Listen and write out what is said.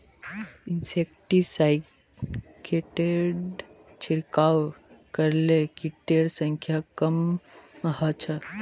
इंसेक्टिसाइडेर छिड़काव करले किटेर संख्या कम ह छ